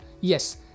yes